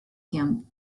him